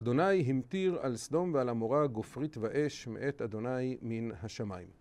אדוניי המטיר על סדום ועל עמורה גופרית ואש מאת אדוניי מן השמיים.